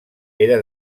era